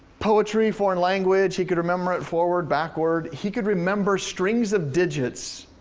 poetry, foreign language, he could remember it forward, backward. he could remember strings of digits,